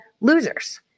losers